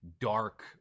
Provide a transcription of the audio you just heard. dark